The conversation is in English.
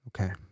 Okay